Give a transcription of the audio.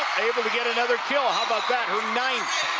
able to get another kill. how about that her ninth.